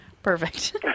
Perfect